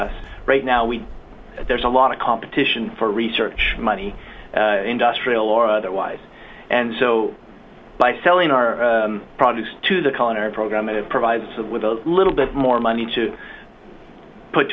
us right now we there's a lot of competition for research money industrial or otherwise and so by selling our products to the program it provides a little bit more money to put